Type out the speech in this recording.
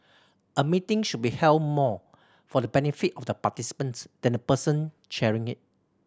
a meeting should be held more for the benefit of the participants than the person chairing it